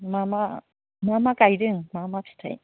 मा मा गायदों मा मा फिथाइ